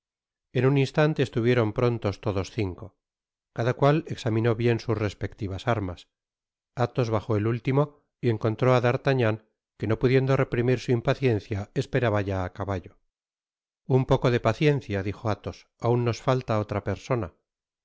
en un instante estuvieron prontos todos cinco cada cual examinó bien sus respectivas armas athos bajó el último y encontró á d'artagnan que no pudiendo reprimir su impaciencia esperaba ya á caballo un poco de paciencia dijo athos aun nos falta otra persona